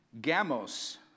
Gamos